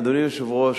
אדוני היושב-ראש,